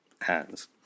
hands